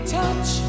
touch